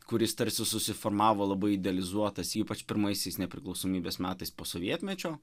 kuris tarsi susiformavo labai idealizuotas ypač pirmaisiais nepriklausomybės metais po sovietmečio